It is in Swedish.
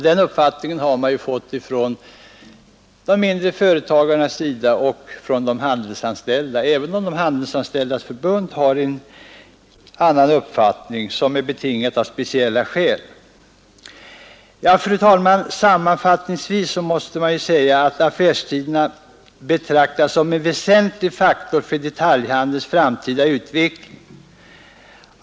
Denna uppfattning har man också mött hos småföretagarna och hos de handelsanställda, även om Handelsanställdas förbund företräder en annan mening, betingad av speciella omständigheter. Fru talman! Sammanfattningsvis måste man säga att affärstiderna betraktas som en väsentlig faktor för detaljhandelns framtida utveckling.